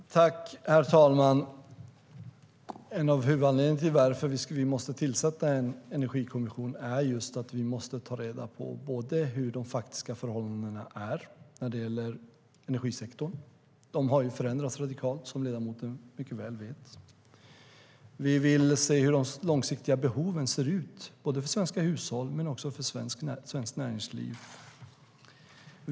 STYLEREF Kantrubrik \* MERGEFORMAT Svar på interpellationerHerr talman! En av huvudanledningarna till att vi måste tillsätta en energikommission är att vi måste ta reda på vilka de faktiska förhållandena är när det gäller energisektorn. De har förändrats radikalt, som ledamoten mycket väl vet. Vi vill se hur de långsiktiga behoven ser ut, både för svenska hushåll och för svenskt näringsliv.